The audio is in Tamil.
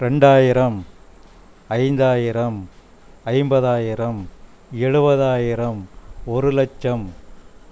ரெண்டாயிரம் ஐந்தாயிரம் ஐம்பதாயிரம் எழுபதாயிரம் ஒருலட்சம்